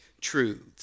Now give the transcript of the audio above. truths